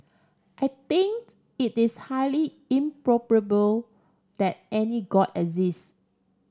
I think it is highly improbable that any god exists